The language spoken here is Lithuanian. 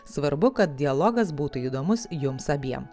svarbu kad dialogas būtų įdomus jums abiem